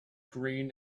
green